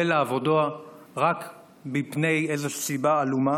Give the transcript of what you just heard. אותו לעבודה רק מפני איזו סיבה עלומה?